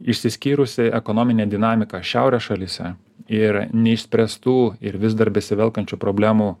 išsiskyrusi ekonominė dinamika šiaurės šalyse ir neišspręstų ir vis dar besivelkančių problemų